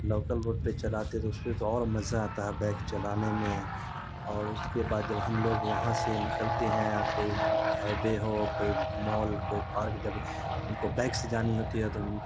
local road پہ چلاتے تو اس پہ تو اور مزہ آتا ہے بائک چلانے میں اور اس کے بعد جب ہم لوگ وہاں سے نکلتے ہیں کوئی ہائبے ہو کوئی مال کوئی پارک جب ان کو بائک سے جانی ہوتی ہے تو